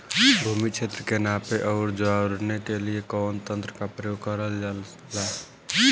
भूमि क्षेत्र के नापे आउर जोड़ने के लिए कवन तंत्र का प्रयोग करल जा ला?